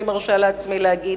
אני מרשה לעצמי להגיד,